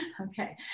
Okay